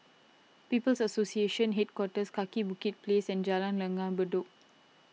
People's Association Headquarters Kaki Bukit Place and Jalan Langgar Bedok